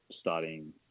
starting